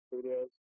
Studios